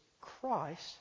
Christ